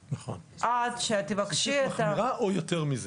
נכון, כשרות מחמירה או יותר מזה.